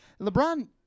LeBron